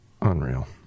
Unreal